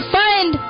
find